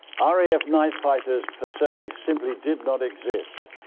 ah raf night fighters per se simply did not exist.